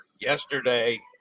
Yesterday